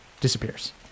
disappears